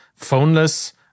phoneless